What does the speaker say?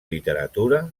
literatura